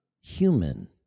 human